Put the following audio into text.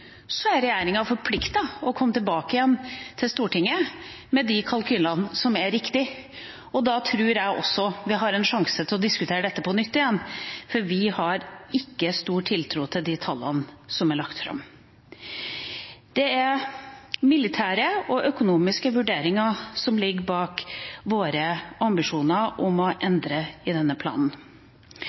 så mye penger at det tar bort handlingsrommet for å satse på hær og heimevern seinere. Dette er vi soleklart uenige om. Men det er soleklart at hvis regjeringas kalkyler ikke slår til, er regjeringa forpliktet til å komme tilbake igjen til Stortinget med de kalkylene som er riktige, og da tror jeg vi har en sjanse til å diskutere dette på nytt, for vi har ikke stor tiltro til de tallene